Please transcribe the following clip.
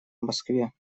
москве